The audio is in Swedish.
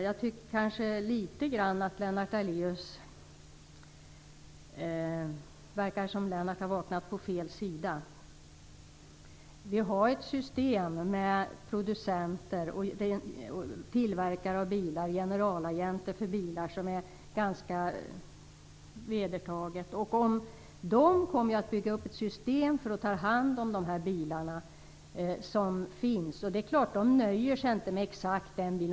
Jag tycker nog att det verkar som om Lennart Daléus har vaknat på fel sida. Vi har ett system - med producenter, tillverkare av bilar och generalagenter för bilar - som är ganska vedertaget. De kommer att bygga upp ett system för att ta hand om de bilar som finns. De nöjer sig inte med en bil.